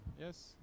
yes